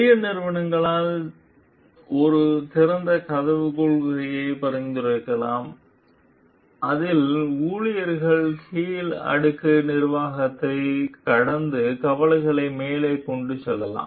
பெரிய நிறுவனங்கள் ஒரு திறந்த கதவு கொள்கையை பரிந்துரைக்கலாம் அதில் ஊழியர்கள் கீழ் அடுக்கு நிர்வாகத்தை கடந்து கவலைகளை மேலே கொண்டு செல்லலாம்